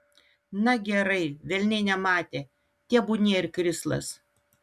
na gerai velniai nematė tebūnie ir krislas